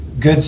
Good